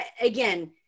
again